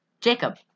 Jacob